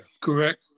correct